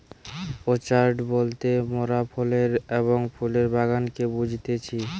orchard বলতে মোরাফলের এবং ফুলের বাগানকে বুঝতেছি